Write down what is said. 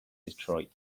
detroit